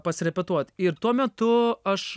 pasirepetuot ir tuo metu aš